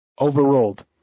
Overruled